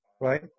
right